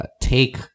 take